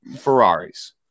Ferraris